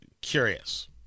curious